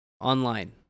Online